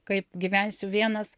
kaip gyvensiu vienas